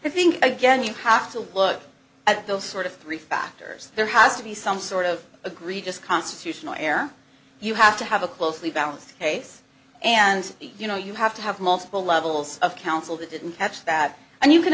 i think again you have to look at those sort of three factors there has to be some sort of agreed just constitutional error you have to have a closely balanced case and you know you have to have multiple levels of counsel that didn't catch that and you can